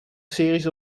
series